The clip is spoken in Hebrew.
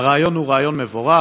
הרעיון הוא מבורך,